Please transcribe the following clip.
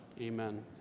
amen